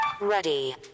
Ready